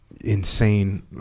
insane